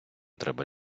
треба